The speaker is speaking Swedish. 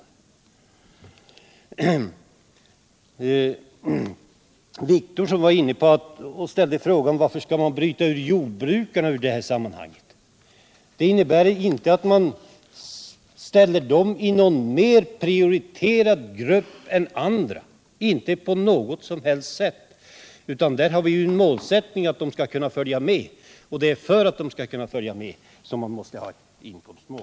Till Åke Wictorsson vill jag säga att vi inte på något sätt bryter ut jordbrukarna och ställer dem i en grupp som skall prioriteras framför andra, utan vår målsättning är att de skall kunna följa med i inkomstutvecklingen. För att de skall kunna göra det måste man ha ett inkomstmål.